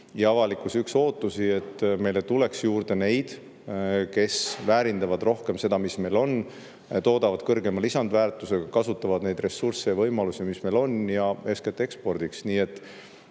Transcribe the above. ja avalikkuse üks ootusi, et meile tuleks juurde neid, kes väärindavad rohkem seda, mis meil on, toodavad kõrgema lisandväärtusega, kasutavad neid ressursse ja võimalusi, mis meil on, ja eeskätt ekspordiks.